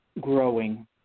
growing